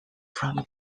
from